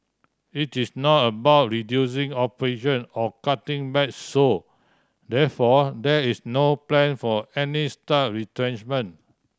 it is not about reducing operation or cutting back so therefore there is no plan for any staff retrenchment